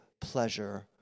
pleasure